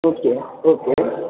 okay okay